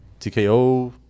TKO